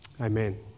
amen